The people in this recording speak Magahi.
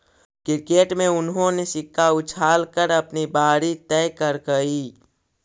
क्रिकेट में उन्होंने सिक्का उछाल कर अपनी बारी तय करकइ